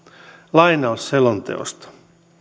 lainaus selonteosta